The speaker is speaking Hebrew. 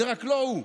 זה רק לא הוא.